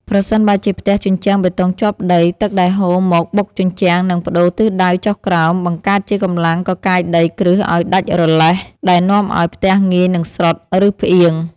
ប្រសិនបើជាផ្ទះជញ្ជាំងបេតុងជាប់ដី ទឹកដែលហូរមកបុកជញ្ជាំងនឹងប្តូរទិសដៅចុះក្រោម បង្កើតជាកម្លាំងកកាយដីគ្រឹះឱ្យដាច់រលះ ដែលនាំឱ្យផ្ទះងាយនឹងស្រុត ឬផ្អៀង។